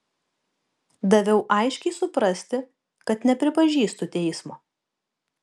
daviau aiškiai suprasti kad nepripažįstu teismo